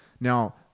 Now